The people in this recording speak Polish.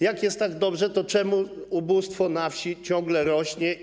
Jeśli jest tak dobrze, to dlaczego ubóstwo na wsi ciągle rośnie?